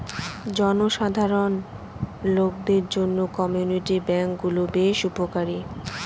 জনসাধারণ লোকদের জন্য কমিউনিটি ব্যাঙ্ক গুলো বেশ উপকারী